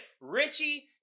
Richie